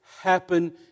happen